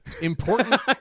Important